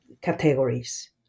categories